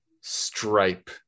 stripe